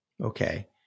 Okay